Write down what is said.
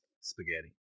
spaghetti